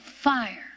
fire